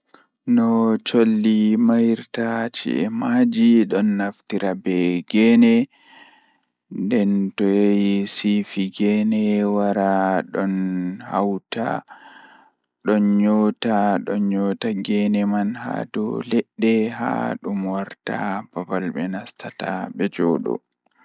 Ah Taarihi ɗum belɗum ɗum boɗɗum bo masin History waawi hokkata moƴƴi e ɓe waɗtudee, ɓe waawataa faami noyiɗɗo e nder laawol. E ɗum woodi firtiimaaji moƴƴi ngam yeeyii laawol e soodun faa, hay ɓe waawataa ko aadee e ɓe waɗtude ngal noyiɗɗo. Ko tawa moƴƴi e history ngam tawti caɗeele e laawol fuɗɗi.